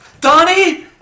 Donnie